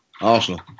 Arsenal